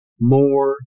more